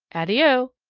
addio!